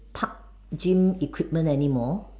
park gym equipment anymore